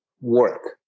work